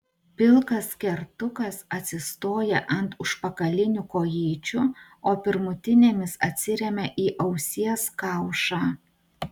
pilkas kertukas atsistoja ant užpakalinių kojyčių o pirmutinėmis atsiremia į ausies kaušą